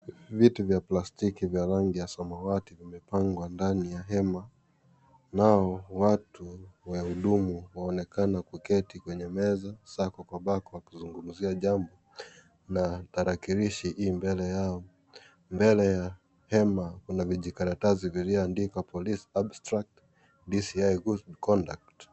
Viti vya plastiki vya rangi ya samawati vimepangwa ndani ya hema. Nao watu wahudumu wanaonekana kuketi kwenye meza, sako kwa bako wakizungumzia jambo na tarakilishi ii mbele yao. Mbele ya hema kuna vijikaratasi vilivyoandikwa, Police Abstract DCI Good Conduct .